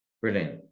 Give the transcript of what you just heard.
Brilliant